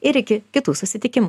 ir iki kitų susitikimų